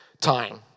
time